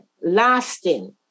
lasting